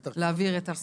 להעביר את הרשימות.